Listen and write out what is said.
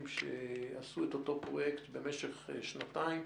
שעשו את אותו פרויקט במשך שנתיים.